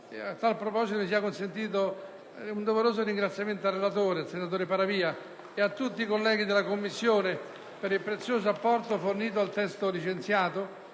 A tal proposito mi sia consentito un doveroso ringraziamento al relatore, senatore Paravia, a tutti i colleghi della Commissione, per il prezioso apporto fornito al testo licenziato